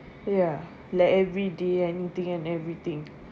ya like everyday anything and everything